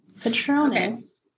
Patronus